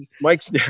Mike's